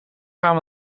gaan